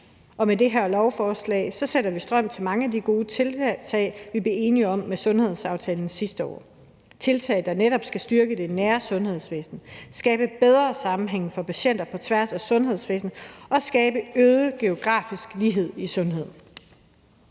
Med det her lovforslag sætter vi strøm til mange af de gode tiltag, vi blev enige om med sundhedsaftalen sidste år – tiltag, der netop skal styrke det nære sundhedsvæsen, skabe bedre sammenhæng for patienter på tværs af sundhedsvæsenet og skabe øget geografisk lighed i sundhed.